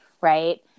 right